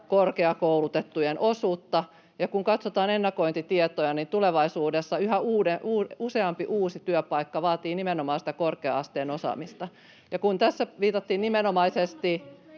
korkeakoulutettujen osuutta, ja kun katsotaan ennakointitietoja, niin tulevaisuudessa yhä useampi uusi työpaikka vaatii nimenomaan sitä korkea-asteen osaamista. [Krista Kiuru: Sen takia